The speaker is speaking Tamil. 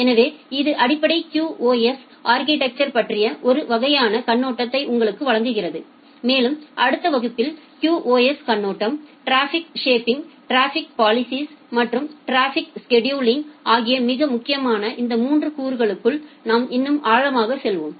எனவே இது அடிப்படை QoS அா்கிடெக்சரைய் பற்றிய ஒரு வகையான கண்ணோட்டத்தை உங்களுக்கு வழங்குகிறது மேலும் அடுத்த வகுப்பில் QoS கண்ணோட்டம் டிராபிக் ஷேப்பிங் டிராஃபிக் பாலிஸிஸ் மற்றும் டிராபிக் ஸ்செடுலிங் ஆகியமிக முக்கியமான இந்த 3 கூறுகளுக்குள் நாம் இன்னும் ஆழமாக செல்வோம்